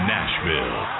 Nashville